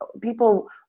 people